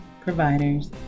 providers